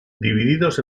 divididos